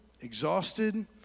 exhausted